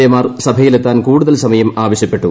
എമാർ സഭയിലെത്താൻ കൂടുതൽ സമയം ആവശ്യപ്പെട്ടു